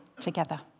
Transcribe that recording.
together